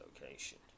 location